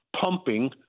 pumping